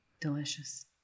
delicious